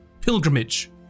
pilgrimage